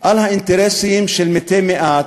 על האינטרסים של מתי-מעט,